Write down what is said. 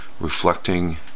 reflecting